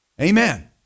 Amen